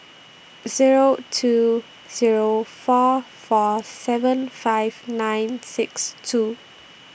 Zero two Zero four four seven five nine six two